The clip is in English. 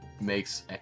makes